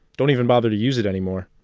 don't even bother to use it anymore.